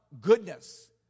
goodness